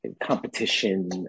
competition